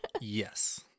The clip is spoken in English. yes